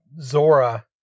Zora